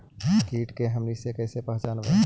किट के हमनी सब कईसे पहचनबई?